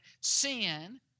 sin